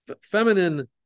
feminine